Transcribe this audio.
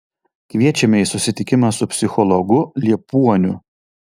kviečiame į susitikimą su psichologu liepuoniu